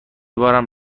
بارم